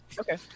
Okay